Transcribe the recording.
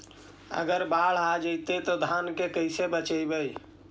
अगर बाढ़ आ जितै तो धान के कैसे बचइबै?